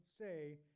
say